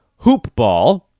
HOOPBALL